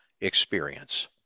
experience